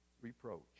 reproach